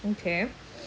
okay